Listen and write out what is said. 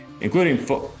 including